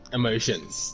emotions